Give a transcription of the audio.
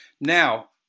Now